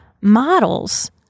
models